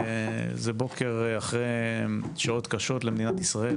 זה בוקר אחרי שעות קשות למדינת ישראל,